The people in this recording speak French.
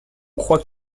croit